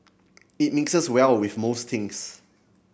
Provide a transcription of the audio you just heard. it mixes well with most things